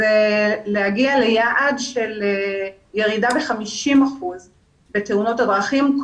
כדי להגיע ליעד של ירידה ב-50% בתאונות הדרכים,